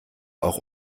auch